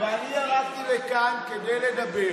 ואני ירדתי לכאן כדי לדבר.